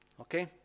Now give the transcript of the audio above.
Okay